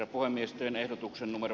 apua miesten ehdotukseen oman